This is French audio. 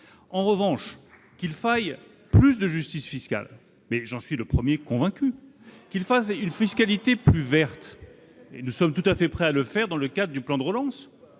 En revanche, qu'il faille plus de justice fiscale, j'en suis le premier convaincu ! Qu'il faille une fiscalité plus verte, nous sommes tout à fait prêts à aller dans ce sens dans le cadre du plan de relance